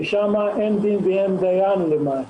ששם אין דין ואין דיין למעשה.